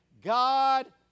God